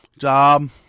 Job